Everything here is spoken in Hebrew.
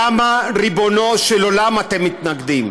למה, ריבונו של עולם, אתם מתנגדים?